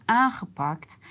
aangepakt